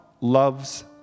loves